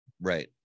right